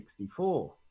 64